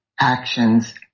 actions